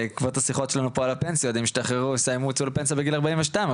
הם יצאו לפנסיה בגיל ארבעים ושתיים,